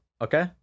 okay